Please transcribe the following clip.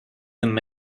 them